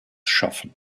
schaffen